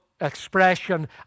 expression